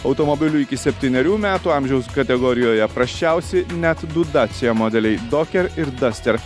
automobilių iki septynerių metų amžiaus kategorijoje prasčiausiai net du dacia modeliai doker ir daster